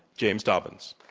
james dobbins.